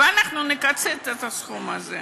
ואנחנו נקצץ את הסכום הזה.